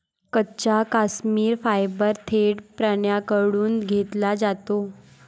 कच्चा काश्मिरी फायबर थेट प्राण्यांकडून घेतला जातो